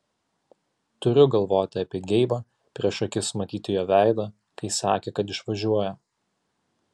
turiu galvoti apie geibą prieš akis matyti jo veidą kai sakė kad išvažiuoja